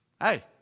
hey